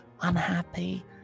unhappy